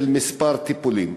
של מספר הטיפולים.